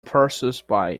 passersby